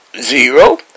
zero